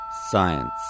Science